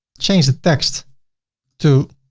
change the text to